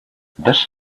this